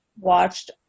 watched